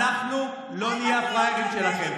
די לקרוא למרד כל הזמן.